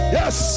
yes